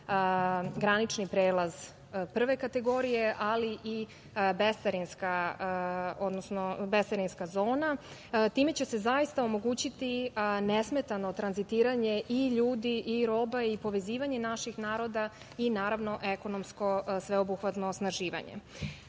granični prelaz prve kategorije, ali i bescarinska zona, time će se zaista omogućiti nesmetano tranzitiranje i ljudi i roba i povezivanje naših naroda i ekonomsko sveobuhvatno osnaživanje. Kako